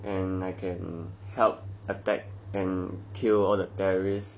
and I can help attack and kill all the terrorists